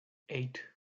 eight